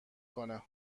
کنه